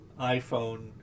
iPhone